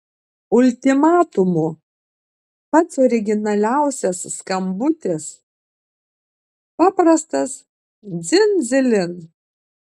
ultimatumu pats originaliausias skambutis paprastas dzin dzilin